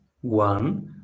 one